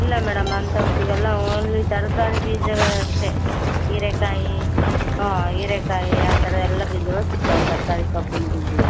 ಇಲ್ಲ ಮೇಡಮ್ ಅಂಥವು ಸಿಗೋಲ್ಲ ಓನ್ಲಿ ತರಕಾರಿ ಬೀಜಗಳು ಅಷ್ಟೇ ಹೀರೇಕಾಯಿ ಆಂ ಹೀರೇಕಾಯಿ ಆ ಥರ ಎಲ್ಲ ಬೀಜಗಳು ಸಿಗ್ತವೆ ತರಕಾರಿ ಸೊಪ್ಪಿನ ಬೀಜ